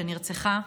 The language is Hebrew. שנרצחה.